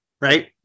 Right